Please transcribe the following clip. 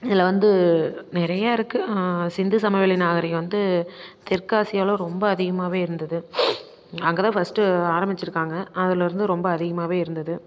இதில் வந்து நிறைய இருக்குது சிந்து சமவெளி நாகரிகம் வந்து தெற்கு ஆசியாவில் ரொம்ப அதிகமாகவே இருந்தது அங்கே தான் ஃபஸ்ட்டு ஆரம்பிச்சிருக்காங்க அதுலேருந்து ரொம்ப அதிகமாகவே இருந்தது